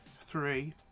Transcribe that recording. three